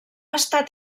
estat